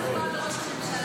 --- אלה שאת רוצה לתמוך בהם,